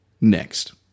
next